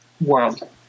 world